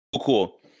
cool